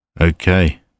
Okay